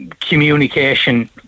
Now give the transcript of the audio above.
communication